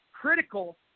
critical